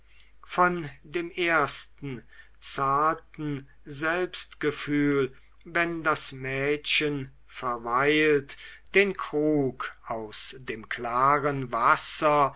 von dem ersten zarten selbstgefühl wenn das mädchen verweilt den krug aus dem klaren wasser